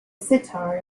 sitar